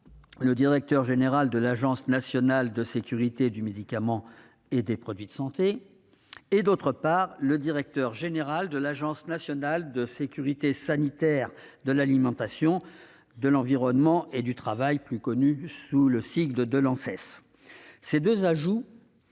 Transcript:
le directeur général de l'Agence nationale de sécurité du médicament et des produits de santé (ANSM) et, d'autre part, le directeur général de l'Agence nationale de sécurité sanitaire de l'alimentation, de l'environnement et du travail (Anses). Ces deux ajouts